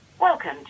Welcome